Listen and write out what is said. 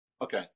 Okay